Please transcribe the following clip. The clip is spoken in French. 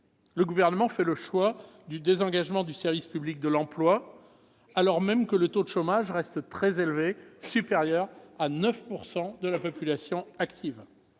Le Gouvernement fait le choix du désengagement du service public de l'emploi, alors même que le taux de chômage reste très élevé, au-dessus de 9 % de la population active